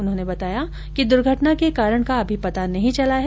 उन्होंने बताया कि दुर्घटना के कारण का अभी पता नहीं चला है